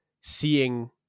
seeing